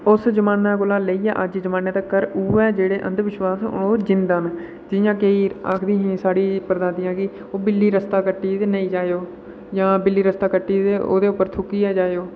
उस जमानै कोला लेइयै इस जमानै तक्कर उ'ऐ जेह्ड़े अंधविश्वास न ओह् जींदा न जियां कि आखदियां साढ़ियां परदादियां कि ओह् बिल्ली रस्ता कट्टी ते नेईं जाओ जां बिल्ली रस्ता कट्टै ते थुक्कियै जाओ